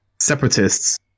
Separatists